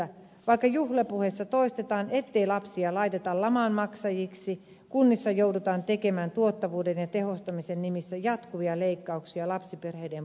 vaikka juhlapuheissa toistetaan ettei lapsia laiteta laman maksajiksi kunnissa joudutaan tekemään tuottavuuden ja tehostamisen nimissä jatkuvia leikkauksia lapsiperheiden palveluihin